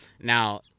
Now